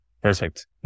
Perfect